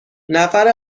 نفر